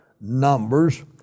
Numbers